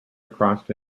across